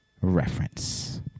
reference